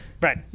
Right